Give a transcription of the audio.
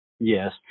Yes